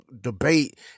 debate